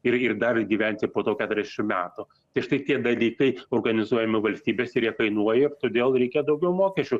ir ir dar gyvensi po to keturiasšim metų tai štai tie dalykai organizuojami valstybės ir jie kainuoja ir todėl reikia daugiau mokesčių